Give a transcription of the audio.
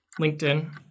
LinkedIn